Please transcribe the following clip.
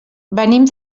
venim